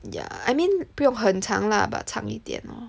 ya I mean 不用很长啦 but 长一点 lor